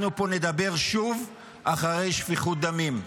אנחנו פה נדבר שוב אחרי שפיכות דמים.